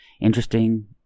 interesting